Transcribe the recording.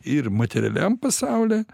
ir materialiam pasaulyje